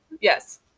Yes